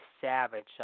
Savage